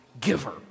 giver